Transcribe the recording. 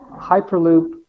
Hyperloop